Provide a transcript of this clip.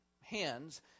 hands